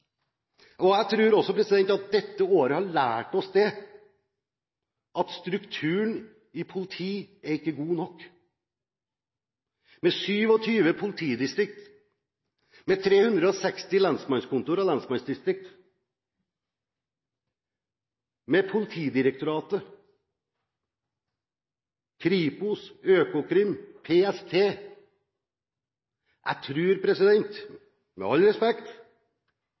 Jeg tror at dette året har lært oss at strukturen i politiet ikke er god nok. Med 27 politidistrikt, med 360 lensmannskontor og lensmannsdistrikter, med Politidirektoratet, Kripos, Økokrim, PST – tror jeg, med all respekt,